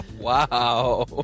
Wow